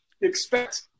expect